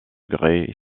grès